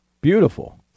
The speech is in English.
Beautiful